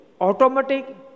automatic